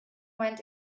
went